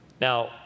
Now